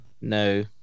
No